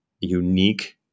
unique